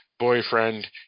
boyfriend